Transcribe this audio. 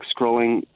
scrolling